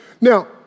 Now